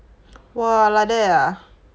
!wah! like that ah